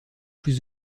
plus